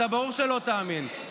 ברור שאתה לא תאמין.